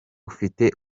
ufite